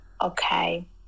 Okay